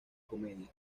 comedias